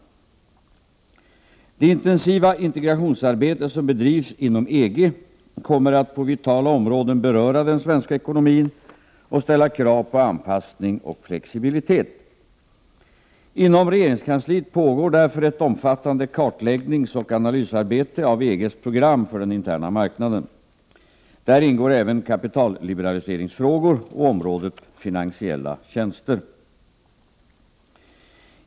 Det intensiva integrationsarbete som bedrivs inom EG kommer att på vitala områden beröra den svenska ekonomin och ställa krav på anpassning och flexibilitet. Inom regeringskansliet pågår därför ett omfattande kartläggningsoch analysarbete av EG:s program för den interna marknaden. Där ingår även kapitalliberaliseringsfrågor och området finansiella tjänster.